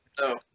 no